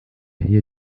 hier